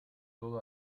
todo